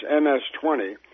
MS-20